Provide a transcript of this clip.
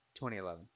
2011